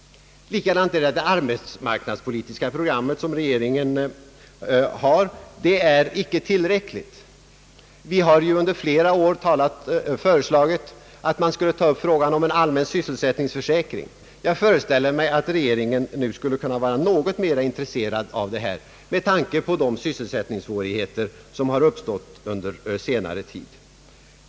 Likadant är det med regeringens arbetsmarknadspolitiska program — det är icke tillräckligt. Vi har under flera år föreslagit att man skulle ta upp frågan om en allmän sysselsättningsförsäkring. Jag föreställer mig att regeringen nu skulle kunna vara något mera intresserad av detta med tanke på de sysselsättningssvårigheter som har uppstått under senare tid.